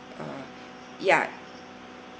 uh ya